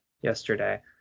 yesterday